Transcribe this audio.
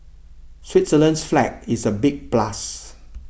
Switzerland's flag is a big plus